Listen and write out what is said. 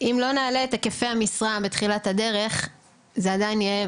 אם לא נעלה את היקפי המשרה בתחילת הדרך זה עדיין יהיה